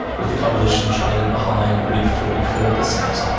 with the coalition trailing behind with forty four per cent.